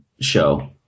show